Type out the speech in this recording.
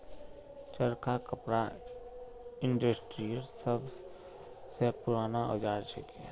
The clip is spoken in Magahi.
चरखा कपड़ा इंडस्ट्रीर सब स पूराना औजार छिके